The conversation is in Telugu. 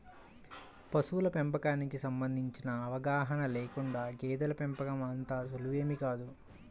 పశువుల పెంపకానికి సంబంధించిన అవగాహన లేకుండా గేదెల పెంపకం అంత సులువేమీ కాదు